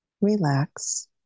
relax